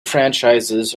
franchises